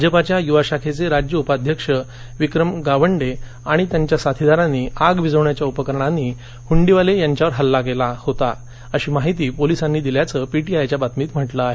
भाजपाच्या युवा शाखेचे राज्य उपाध्यक्ष विक्रम गावंडे आणि त्यांच्या साथीदारांनी आग विझवण्याच्या उपकरणानं हुंडीवाले यांच्यावर हल्ला केला अशी माहिती पोलिसांनी दिल्याचं पीटीआयच्या बातमीत म्हटलं आहे